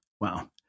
Wow